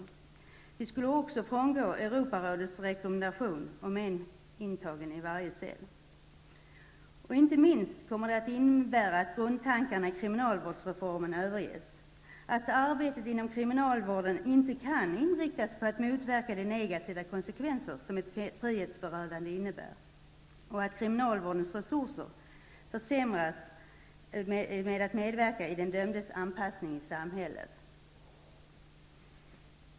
En sådan åtgärd skulle också innebära att vi skulle gå emot Europarådets rekommendation om en intagen i varje cell. Inte minst kommer det att innebära att grundtankarna i kriminalvårdsreformen överges, att arbetet inom kriminalvården inte inriktas på att motverka de negativa konsekvenserna som ett frihetsberövande innebär och att kriminalvårdens resurser att medverka i den dömdes anpassning i samhället försämras.